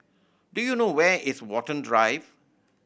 do you know where is Watten Drive